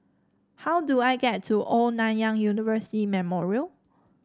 how do I get to Old Nanyang University Memorial